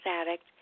addict